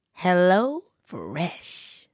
HelloFresh